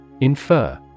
Infer